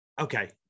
okay